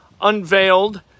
unveiled